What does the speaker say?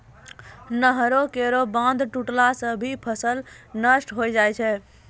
नहर केरो बांध टुटला सें भी फसल नष्ट होय जाय छै